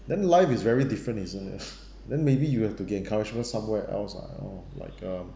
then life is very different isn't it then maybe you have to get encouragement somewhere else lah you know like a